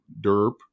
Derp